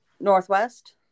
Northwest